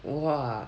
!wah!